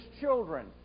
children